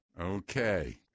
Okay